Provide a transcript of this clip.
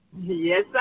Yes